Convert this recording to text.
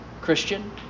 Christian